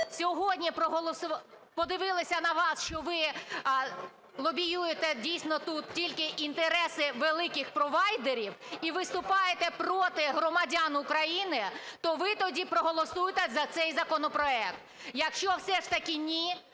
сьогодні подивилися на вас, що ви лобіюєте дійсно тут тільки інтереси великих провайдерів і виступаєте проти громадян України, то ви тоді проголосуйте за цей законопроект. Якщо все ж таки ні,